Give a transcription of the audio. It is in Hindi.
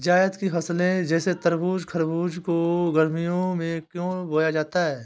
जायद की फसले जैसे तरबूज़ खरबूज को गर्मियों में क्यो बोया जाता है?